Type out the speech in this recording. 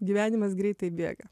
gyvenimas greitai bėga